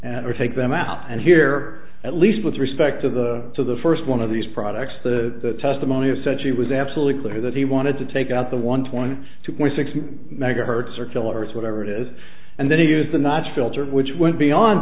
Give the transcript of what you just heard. and or take them out and here at least with respect to the to the first one of these products the testimony of said she was absolutely clear that he wanted to take out the one point two point six megahertz or killers whatever it is and then use the notch filter which went beyond